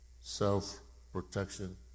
self-protection